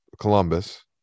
Columbus